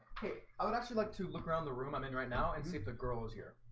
i would actually like to look around the room. i'm in right now and see if the girl is here